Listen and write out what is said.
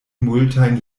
multajn